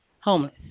homeless